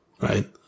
Right